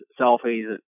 selfies